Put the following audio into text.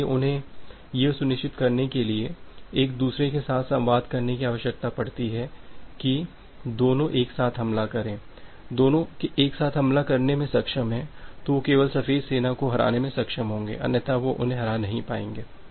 इसलिए उन्हें यह सुनिश्चित करने के लिए एक दूसरे के साथ संवाद करने की आवश्यकता पड़ती है कि दोनों एक साथ हमला करें दोनों एक साथ हमला करने में सक्षम हैं तो वे केवल सफेद सेना को हराने में सक्षम होंगे अन्यथा वे उन्हें हरा नहीं पाएंगे